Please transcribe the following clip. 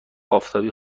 آفتابی